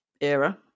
era